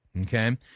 okay